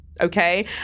okay